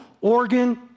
organ